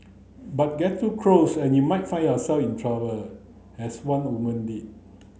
but get too close and you might find yourself in trouble as one woman did